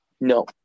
No